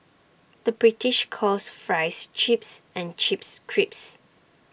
the British calls Fries Chips and Chips Crisps